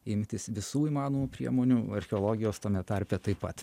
imtis visų įmanomų priemonių archeologijos tame tarpe taip pat